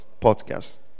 podcast